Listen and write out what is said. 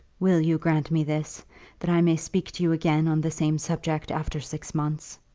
will you grant me this that i may speak to you again on the same subject after six months?